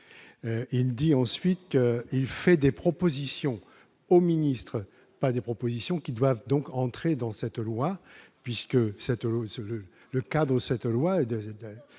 il dit ensuite qu'il fait des propositions au ministre, pas des propositions qui doivent donc rentrer dans cette loi, puisque cet homme seul le